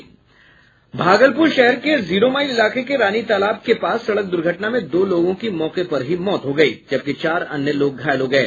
भागलपुर शहर के जीरोमाइल इलाके के रानी तलाब के पास सड़क दुर्घटना में दो लोगों की मौके पर ही मौत हो गयी जबकि चार अन्य घायल हो गये